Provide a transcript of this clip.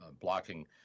blocking